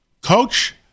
Coach